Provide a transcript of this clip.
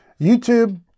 YouTube